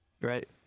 right